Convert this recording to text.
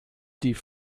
die